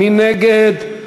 מי נגד?